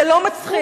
זה לא מצחיק.